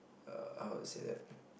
err how to say that